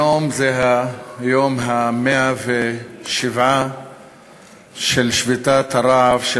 היום הוא היום ה-107 של שביתת הרעב של